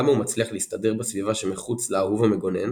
כמה הוא מצליח להסתדר בסביבה שמחוץ לאהוב המגונן